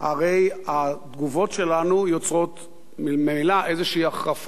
הרי התגובות שלנו יוצרות ממילא איזו החרפה.